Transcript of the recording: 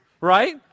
right